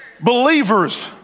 Believers